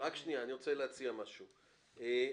את משנה את המבנה הארגוני.